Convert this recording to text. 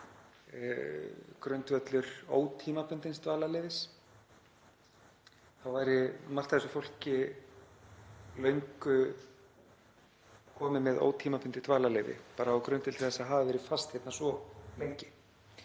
grundvöllur ótímabundins dvalarleyfis væri margt af þessu fólki löngu komið með ótímabundið dvalarleyfi bara á grundvelli þess að hafa verið fast hérna svo lengi.